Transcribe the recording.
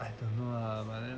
I don't know lah but then